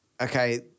okay